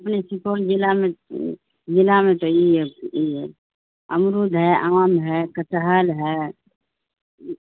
اپنے سپول ضلع میں ضلع میں تو یہ ہے ہے امرود ہے آم ہے کٹہل ہے